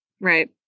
right